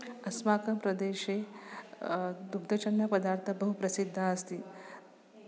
अस्माकं प्रदेशे दुग्धजन्यपदार्थः बहु प्रसिद्धः अस्ति